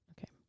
okay